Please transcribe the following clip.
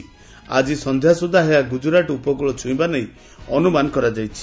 ଆଜି ସନ୍ଧ୍ୟାସୁଦ୍ଧା ଏହା ଗୁଜରାଟ ଉପକୂଳ ଛୁଇଁବା ନେଇ ଅନୁମାନ କରାଯାଇଛି